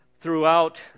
throughout